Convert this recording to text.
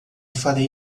farei